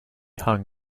hung